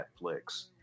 Netflix